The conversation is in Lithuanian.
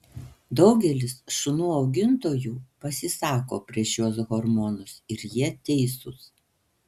daugelis šunų augintojų pasisako prieš šiuos hormonus ir jie teisūs